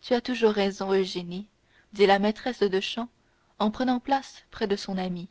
tu as toujours raison eugénie dit la maîtresse de chant en prenant place près de son amie